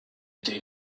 été